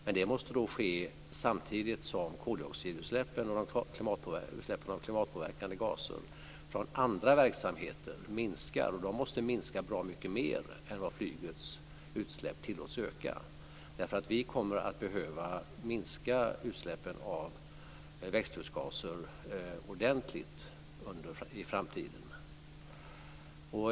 Men det måste då ske samtidigt som koldioxidutsläppen och utsläppen av klimatpåverkande gaser från andra verksamheter minskar, och de måste minska bra mycket mer än vad flygets utsläpp tillåts öka. Vi kommer att behöva minska utsläppen av växthusgaser ordentligt i framtiden.